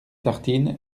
tartines